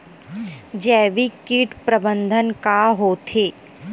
जैविक कीट प्रबंधन का होथे?